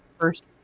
First